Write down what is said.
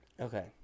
Okay